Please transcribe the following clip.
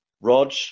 Rog